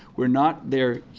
we're not there,